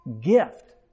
gift